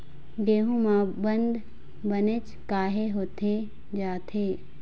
गेहूं म बंद बनेच काहे होथे जाथे?